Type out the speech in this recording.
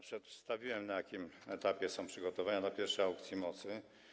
Przedstawiłem to, na jakim etapie są przygotowania do pierwszej aukcji mocy.